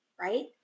right